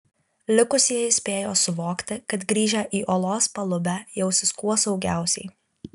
likusieji spėjo suvokti kad grįžę į olos palubę jausis kuo saugiausiai